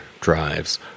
drives